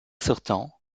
sortant